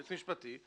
יועץ משפטי,